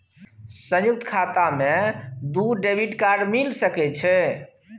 संयुक्त खाता मे दू डेबिट कार्ड मिल सके छै?